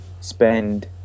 spend